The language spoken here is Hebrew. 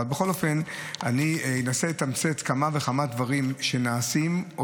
בכל אופן אני מנסה לתמצת כמה וכמה דברים שנעשים או